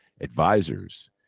advisors